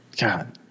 God